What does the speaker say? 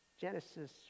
Genesis